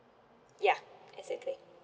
ya exactly